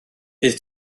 bydd